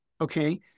okay